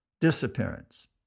disappearance